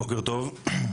בוקר טוב,